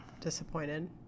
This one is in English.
disappointed